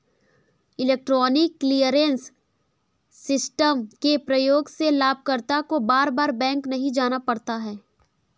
electronic clearance system के प्रयोग से लाभकर्ता को बार बार बैंक नहीं जाना पड़ता है